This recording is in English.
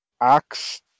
acts